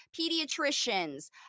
pediatricians